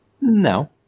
No